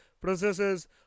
processes